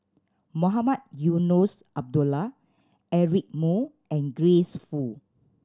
Mohamed Eunos Abdullah Eric Moo and Grace Fu